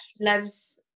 loves